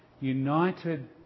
united